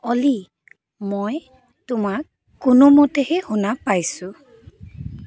অ'লি মই তোমাক কোনোমতেহে শুনা পাইছোঁ